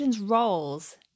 roles